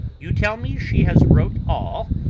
you tell me she has wrote all,